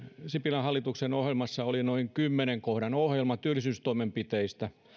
sipilän hallituksen ohjelmassa oli noin kymmenen kohdan ohjelma työllisyystoimenpiteistä